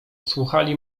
słuchali